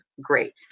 great